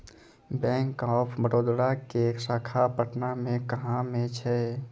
Bank of Baroda के शाखा पटना मे कहां मे छै?